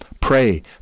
Pray